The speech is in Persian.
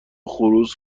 خروس